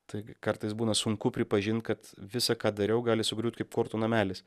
tai kartais būna sunku pripažint kad visa ką dariau gali sugriūt kaip kortų namelis